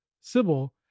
Sybil